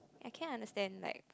I can understand like